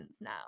now